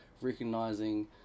recognizing